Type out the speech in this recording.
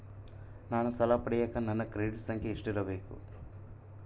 ನಾನು ಸಾಲ ಪಡಿಯಕ ನನ್ನ ಕ್ರೆಡಿಟ್ ಸಂಖ್ಯೆ ಎಷ್ಟಿರಬೇಕು?